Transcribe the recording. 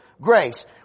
grace